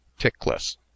tickless